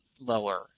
lower